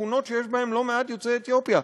בשכונות שיש בהן לא מעט יוצאי אתיופיה,